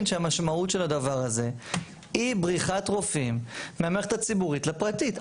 שהמשמעות של הדבר הזה היא בריחת רופאים מהמערכת הציבורית לפרטית.